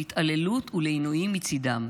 להתעללות ולעינויים מצידם.